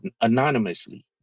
anonymously